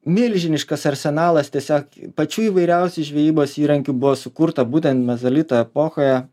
milžiniškas arsenalas tiesiog pačių įvairiausių žvejybos įrankių buvo sukurta būtent mezolito epochoje